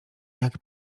jak